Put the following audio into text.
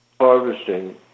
harvesting